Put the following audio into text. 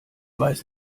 weiß